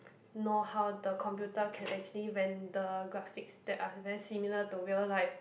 know how the computer can actually render graphics that are very similar to real life